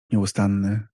nieustanny